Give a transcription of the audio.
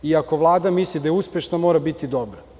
Ako Vlada misli da je uspešna, mora biti dobra.